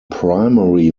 primary